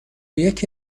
یکی